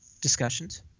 discussions